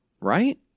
Right